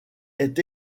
est